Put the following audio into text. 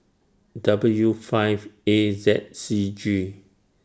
W five A Z C G